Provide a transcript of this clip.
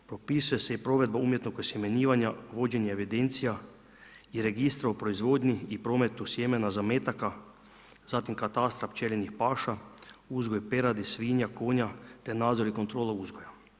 Propisuje se i provedba umjetnog osjemenjivanja, vođenja evidencija i registra u proizvodnju i prometu sjemena zametaka, zatim katastra pčelinjih paša, uzgoj peradi, svinja, konja, te nadzor i kontrola uzgoja.